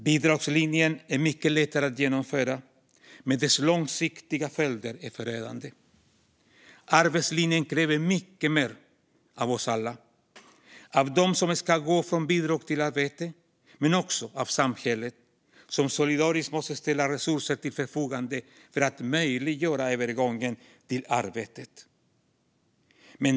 Bidragslinjen är mycket lättare att genomföra, men dess långsiktiga följder är förödande. Arbetslinjen kräver mycket mer av oss alla - av dem som ska gå från bidrag till arbete, men också av samhället som solidariskt måste ställa resurser till förfogande för att möjliggöra övergången till arbetet.